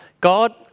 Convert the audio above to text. God